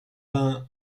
vingt